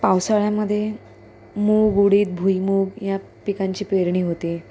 पावसाळ्यामध्ये मूग उडीद भुईमूग या पिकांची पेरणी होते